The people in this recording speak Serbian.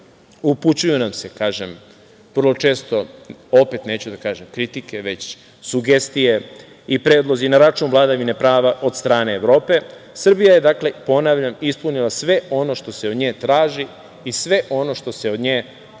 upućuju nam se, kažem, vrlo često, opet neću da kažem kritike već sugestije i predlozi na račun vladavine prava od strane Evrope. Srbija je, dakle, ponavljam, ispunila sve ono što se od nje traži i sve ono što se od nje očekuje.S